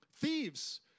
Thieves